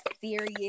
serious